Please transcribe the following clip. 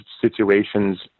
situations